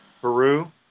Peru